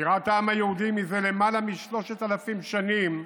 בירת העם היהודי זה למעלה משלושת אלפים שנים,